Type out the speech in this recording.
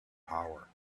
power